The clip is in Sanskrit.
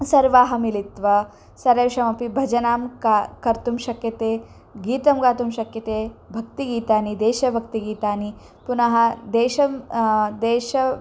सर्वाः मिलित्वा सर्वेषमपि भजनां क कर्तुं शक्यते गीतं गातुं शक्यते भक्तिगीतानि देशभक्तिगीतानि पुनः देशं देशे